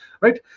Right